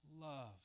Love